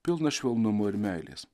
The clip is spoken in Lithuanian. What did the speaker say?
pilną švelnumo ir meilės